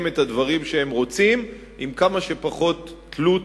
את הדברים שהם רוצים עם כמה שפחות תלות